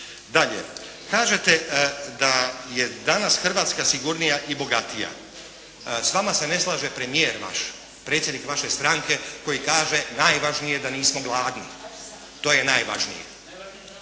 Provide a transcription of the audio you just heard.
Dalje, kažete da je danas Hrvatska sigurnija i bogatija. S vama se ne slaže premijer vaš, predsjednik vaše stranke koji kaže najvažnije da nismo gladni, to je najvažnije.